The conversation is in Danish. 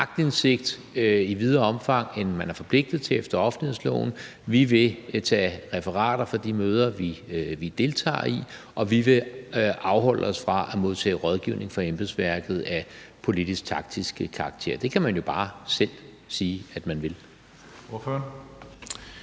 aktindsigt i videre omfang, end man er forpligtet til efter offentlighedsloven; man vil tage referater fra de møder, man deltager i, og man vil afholde sig fra at modtage rådgivning fra embedsværket af politisk-taktisk karakter. Det kan man jo bare selv sige at man vil. Kl.